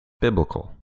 biblical